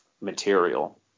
material